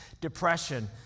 depression